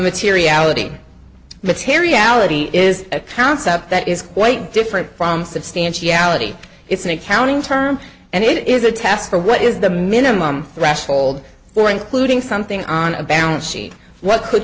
materiality materiality is a concept that is quite different from substantiality it's an accounting term and it is a task for what is the minimum threshold for including something on a balance sheet what could